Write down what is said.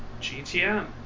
GTM